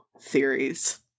theories